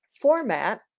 format